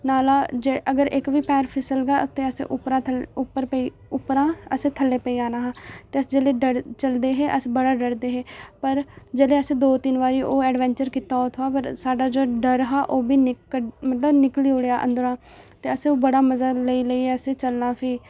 नाला जे अगर इक बी पैर फिसलगा ते असें उप्परै दा थल्लै उप्पर पेई उप्परा दा असें थल्लै पेई जाना हा ते अस जिसलै ड चलदे हे असें बड़ा डरदे हे पर जेल्लै असें दो तिन्न बारी ओह् एडवैंचर कीता भी उत्थुआं बाद साढ़ा जेह्ड़ा डर हा ओह् बी निक क मतलब निकली ओड़ेआ अंदरै दा ते असें बड़ा मजा लेई लेई असें चलना भी